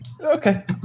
Okay